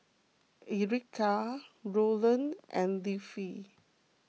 Erica Rowland and Leafy